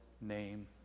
name